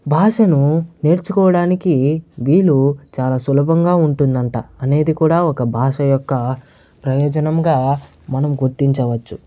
భాషను నేర్చుకోడానికి వీలు చాలా సులభంగా ఉంటుందంట అనేది కూడా ఒక భాష యొక్క ప్రయోజనముగా మనం గుర్తించవచ్చు